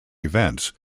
events